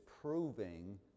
proving